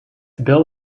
bill